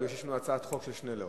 אלא מפני שיש לנו הצעת חוק של שנלר.